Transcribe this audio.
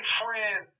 friend